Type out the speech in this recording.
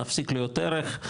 מפסיק להיות ערך,